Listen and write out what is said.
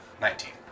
Nineteen